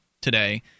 today